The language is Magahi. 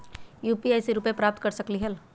यू.पी.आई से रुपए प्राप्त कर सकलीहल?